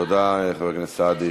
תודה, חבר הכנסת סעדי.